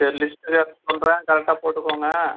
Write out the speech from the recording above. சரி லிஸ்ட்டு என்னன்னு சொல்லுறேன் கரெக்டாக போட்டுக்கோங்க